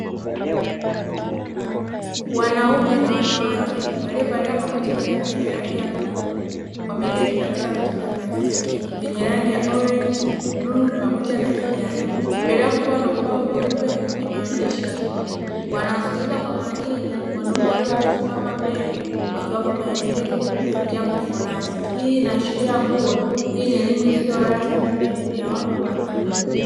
Wanaume na wanawake waliovalia makoti marefu yenye rangi ya bluu wameketi katika viti vya plastiki vyenye rangi ya orenji, bluu pamoja na kijani mbele yako kukiwa na ubao mweupe wenye maandishi ya bluu, wanawasikiliza kwa umakini wanaume wawili waliosimama mbele wakiwapa maelekezo kuhusu jambo fulani, hii inaashiria kuwa hii ni elimu isiyo rasmi na elimu ya watu wazima.